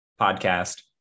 Podcast